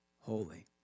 holy